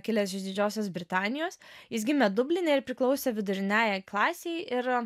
kilęs iš didžiosios britanijos jis gimė dubline ir priklausė viduriniajai klasei ir